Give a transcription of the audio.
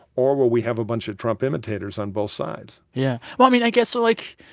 or, will we have a bunch of trump imitators on both sides? yeah. well, i mean, i guess, so like,